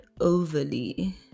overly